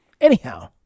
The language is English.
anyhow